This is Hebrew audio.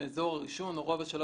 מאזור הרישום וכולי,